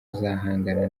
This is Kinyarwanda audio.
azahangana